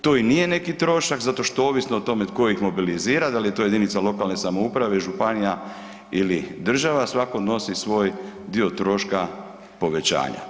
To i nije neki trošak, zato što ovisno o tome tko ih mobilizira, da li je to jedinica lokalne samouprave, županija ili država, svatko nosi svoj dio troška povećanja.